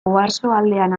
oarsoaldean